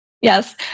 Yes